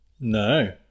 No